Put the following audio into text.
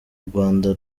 rwanda